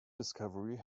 discovery